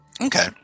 Okay